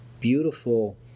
beautiful